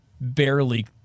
barely